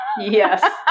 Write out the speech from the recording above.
Yes